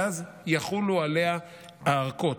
ואז יחולו עליה הארכות.